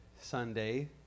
Sunday